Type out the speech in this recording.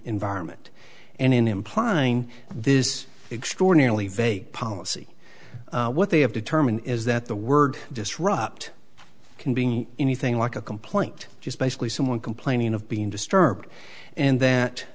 environment and in implying this extraordinarily vague policy what they have determined is that the word disrupt can be anything like a complaint just basically someone complaining of being disturbed and that